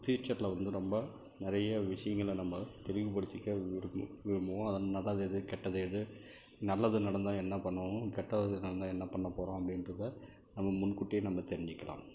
ப்யூச்சரில் வந்து ரொம்ப நிறைய விஷயங்களில் நம்ம விரிவுபடுத்திக்க விரும்பி விரும்புவோம் நல்லது எது கெட்டது எது நல்லது நடந்தால் என்ன பண்ணுவோம் கெட்டது நடந்தால் என்ன பண்ண போகிறோம் அப்படின்றத நம்ம முன்கூட்டியே நம்ம தெரிஞ்சுக்கலாம்